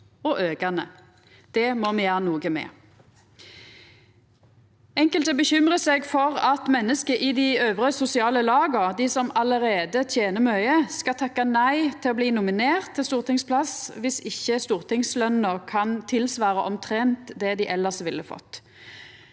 og aukande. Det må me gjera noko med. Enkelte bekymrar seg for at menneske i dei øvre sosiale laga, dei som allereie tener mykje, skal takka nei til å bli nominerte til stortingsplass om ikkje stortingsløna kan tilsvara omtrent det dei elles ville fått.